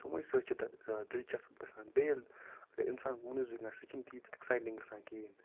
تِموٕے سۭتۍ چھِ تَتہِ دِلچَسٕپ گژھان بیٚیہِ ییٚلہِ اگر اِنسان کُنٕے زُن گژھِ یہِ چھِنہٕ تیٖژ اٮ۪کسایٹِنٛگ گژھان کِہیٖنۍ